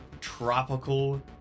tropical